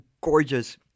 gorgeous